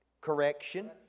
Correction